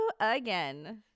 again